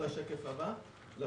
לנו